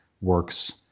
works